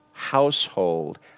household